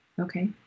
Okay